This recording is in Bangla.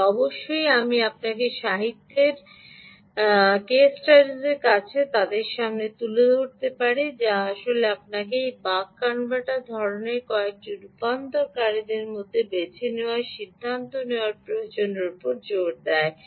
তবে অবশ্যই আমি আপনাকে সাহিত্যের কেস স্টাডিজের কাছে তাদের সামনে তুলে ধরতে পারি যা আসলে আপনাকে এই বাক ধরণের কয়েকটি রূপান্তরকারীদের মধ্যে বেছে নেওয়ার সিদ্ধান্ত নেওয়ার প্রয়োজনের উপর জোর দেয়